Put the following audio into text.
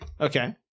okay